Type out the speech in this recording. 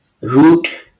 root